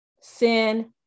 sin